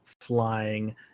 flying